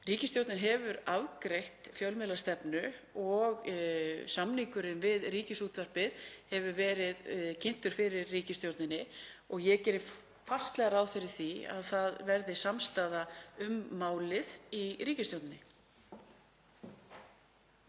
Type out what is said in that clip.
Ríkisstjórnin hefur afgreitt fjölmiðlastefnu og samningurinn við Ríkisútvarpið hefur verið kynntur fyrir ríkisstjórninni og ég geri fastlega ráð fyrir því að samstaða verði um málið í ríkisstjórninni.